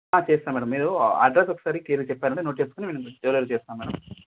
ఆ చేస్తాం మేడం మీరు అడ్రస్ ఒకసారి క్లియర్గా చెప్పారంటే నోట్ చేస్కుని మేము మీకు డెలివరీ చేస్తాం మేడం